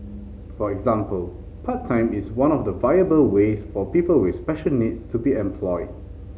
for example part time is one of the viable ways for people with special needs to be employed